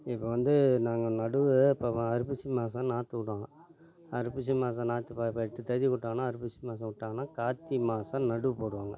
இப்போ வந்து நாங்கள் நடுவை இப்போ வ ஐப்பசி மாசம் நாற்று விடுவாங்க ஐப்பசி மாசம் நாற்று ப பத்து தேதிக்கு விட்டோனா ஐப்பசி மாசம் விட்டாங்கன்னா கார்த்திகை மாசம் நடுவு போடுவாங்கள்